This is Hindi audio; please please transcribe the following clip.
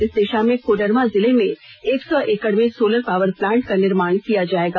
इस दिशा में कोडरमा जिले में एक सौ एकड में सोलर पावर प्लांट का निर्माण किया जाएगा